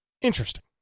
interesting